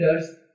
leaders